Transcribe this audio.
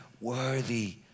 worthy